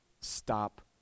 stop